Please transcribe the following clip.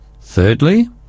Thirdly